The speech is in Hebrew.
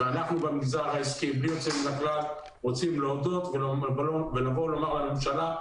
ואנחנו במגזר העסקי בלי יוצא מן הכלל רוצים להודות ולבוא ולומר לממשלה,